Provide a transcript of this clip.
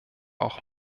auch